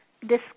discuss